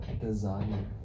Designer